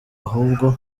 ahubwo